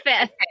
fifth